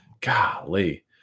Golly